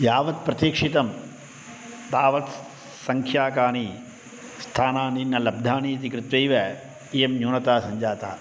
यावत् प्रतीक्षितं तावत् सङ्ख्याकानि स्थानानि न लब्धानि इति कृत्वैव इयं न्यूनता सञ्जाता